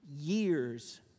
years